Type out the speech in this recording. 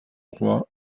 roi